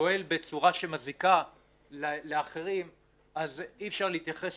פועל בצורה שמזיקה לאחרים אז אי אפשר להתייחס